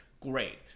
great